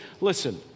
Listen